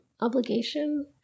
obligation